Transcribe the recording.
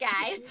guys